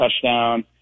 touchdown